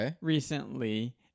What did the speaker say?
recently